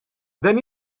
then